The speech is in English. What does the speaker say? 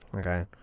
okay